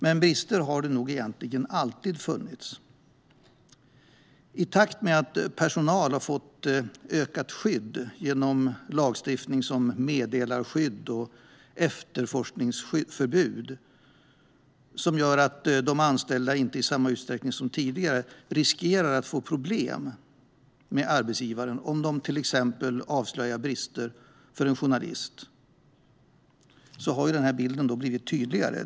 Men brister har nog alltid funnits. I takt med att personal har fått ett ökat skydd genom lagstiftat meddelarskydd och efterforskningsförbud, som gör att anställda inte i samma utsträckning som tidigare riskerar problem med arbetsgivaren om de avslöjar brister för en journalist, har bilden förtydligats.